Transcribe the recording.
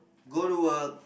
go to work